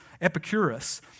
Epicurus